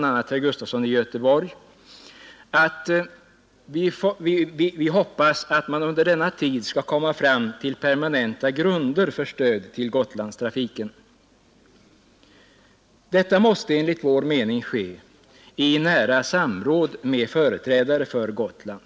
herr Gustafson i Göteborg att vi finner det angeläget att under denna tid Transportstöd vid komma fram till permanenta grunder för stöd till Gotlandstrafiken. Detta = Viss linjesjöfart från måste enligt vår mening ske i nära samråd med företrädare för Gotland.